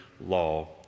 law